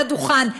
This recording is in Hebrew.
על הדוכן,